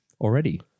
already